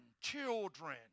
children